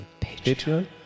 Patreon